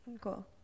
Cool